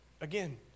Again